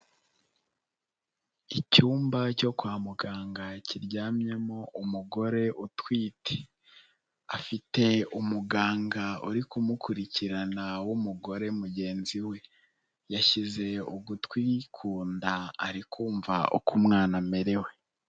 Icyumba cyo kwa muganga kiryamyemo umugore utwite, afite umuganga uri kumukurikirana w'umugore mugenzi we, yashyize ugutwi ku nda ari kumva uko umwana amerewe.